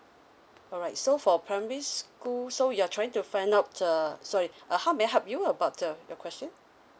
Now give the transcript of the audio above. alright so for primary school so you are trying to find out uh sorry ah how may I help you about the the question